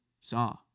saw